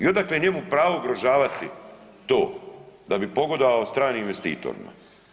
I odakle njemu pravo ugrožavati to da bi pogodovao stranim investitorima?